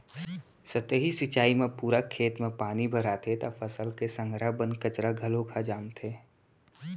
सतही सिंचई म पूरा खेत म पानी भराथे त फसल के संघरा बन कचरा घलोक ह जामथे